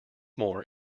more